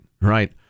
right